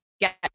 get